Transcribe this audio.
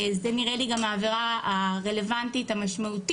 זה נראה לי גם העבירה הרלוונטית המשמעותית